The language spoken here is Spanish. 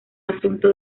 asunto